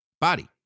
body